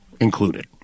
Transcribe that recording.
included